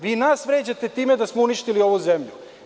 Vi nas vređate time da smo uništili ovu zemlju.